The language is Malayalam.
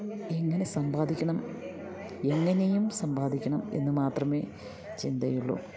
എങ്ങനെ സമ്പാദിക്കണം എങ്ങനെയും സമ്പാദിക്കണം എന്നു മാത്രമേ ചിന്തയുള്ളു